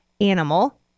Animal